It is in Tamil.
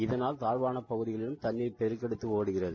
இதனால் தாழ்வாள பகுதிகளில் தண்ணீர் பெருக்கெடுத்து ஒடுகிறது